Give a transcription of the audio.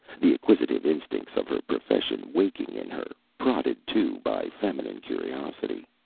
the acquisitive instincts of her profession waking in her prodded, too by feminine curiosity.